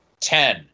ten